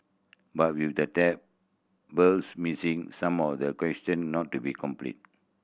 but with the tables missing some of the question not to be complete